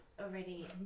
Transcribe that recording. Already